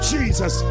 Jesus